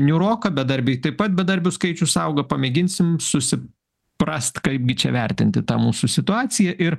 niūroka bedarbiai taip pat bedarbių skaičius auga pamėginsime susiprast kaip gi čia vertint tą mūsų situaciją ir